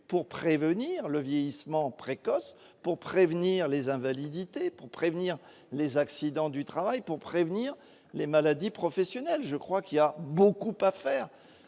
pour prévenir le vieillissement précoce pour prévenir les invalidités pour prévenir les accidents du travail, pour prévenir les maladies professionnelles, je crois qu'il y a beaucoup à faire